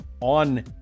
on